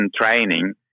training